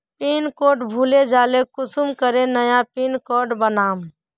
Pin code भूले जाले कुंसम करे नया पिन कोड बनाम?